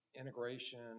integration